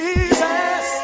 Jesus